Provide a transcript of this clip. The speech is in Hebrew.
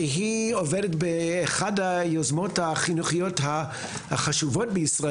שעובדת באחת היוזמות החינוכיות החשובות בישראל,